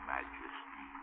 Majesty